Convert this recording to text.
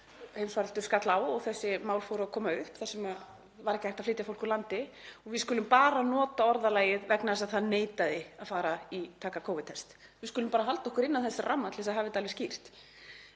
skall á og þessi mál fóru að koma upp þar sem var ekki hægt að flytja fólk úr landi og við skulum bara nota orðalagið „vegna þess að það neitaði að fara í Covid-próf“. Við skulum bara halda okkur innan þess ramma til þess að hafa það alveg skýrt.